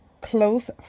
close